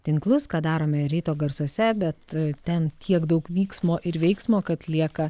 tinklus ką darome ryto garsuose bet ten tiek daug vyksmo ir veiksmo kad lieka